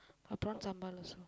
Prawn sambal also